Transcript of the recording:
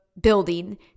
building